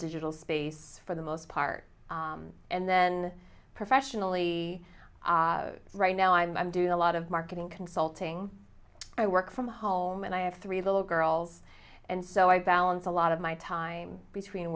digital space for the most part and then professionally right now i'm doing a lot of marketing consulting i work from home and i have three little girls and so i balance a lot of my time between